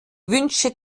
wünsche